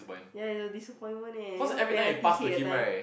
ya it's a disappointment eh you know penalty kick that time